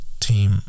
team